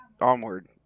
Onward